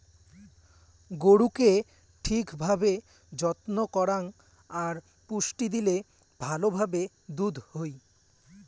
গরুকে ঠিক ভাবে যত্ন করাং আর পুষ্টি দিলে ভালো ভাবে দুধ হই